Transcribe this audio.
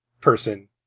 person